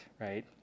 right